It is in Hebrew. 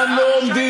כאן לא עומדים,